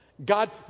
God